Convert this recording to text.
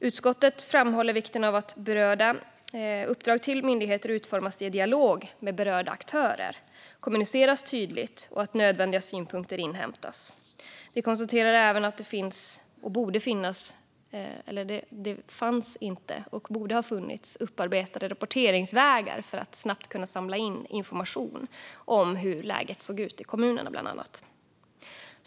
Utskottet framhåller vikten av att uppdrag till myndigheter utformas i dialog med berörda aktörer, att den kommuniceras tydligt och att nödvändiga synpunkter inhämtas. Vi konstaterar även att det inte fanns några upparbetade rapporteringsvägar för att snabbt kunna samla in information, bland annat om hur läget såg ut i kommunerna - något som borde ha funnits.